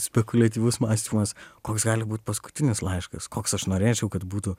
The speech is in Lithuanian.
spekuliatyvus mąstymas koks gali būt paskutinis laiškas koks aš norėčiau kad būtų